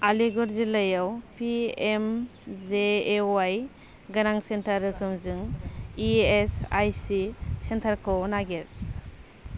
आलिगड़ जिल्लायाव P M J A अवाइ गोनां सेन्टार रोखोमजों इ एस आइ सि सेन्टारखौ नागिर